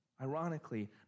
Ironically